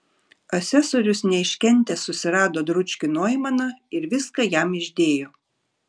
asesorius neiškentęs susirado dručkį noimaną ir viską jam išdėjo